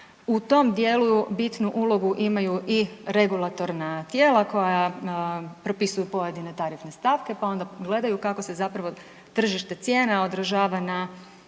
U tom dijelu bitnu ulogu imaju i regulatorna tijela koja propisuju pojedine tarifne stavke pa onda pogledaju kako se zapravo tržište cijena odražava